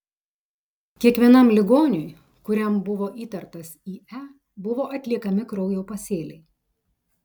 kiekvienam ligoniui kuriam buvo įtartas ie buvo atliekami kraujo pasėliai